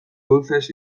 dulces